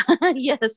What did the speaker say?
yes